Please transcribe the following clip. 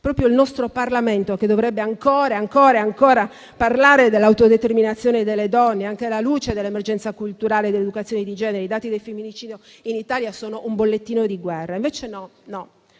Proprio il nostro Parlamento dovrebbe ancora parlare dell'autodeterminazione delle donne, anche alla luce dell'emergenza culturale dell'educazione di genere: i dati dei femminicidi in Italia sono un bollettino di guerra. Invece no,